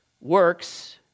works